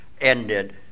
ended